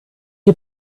you